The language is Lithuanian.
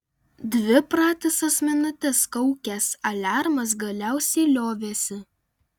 dvi pratisas minutes kaukęs aliarmas galiausiai liovėsi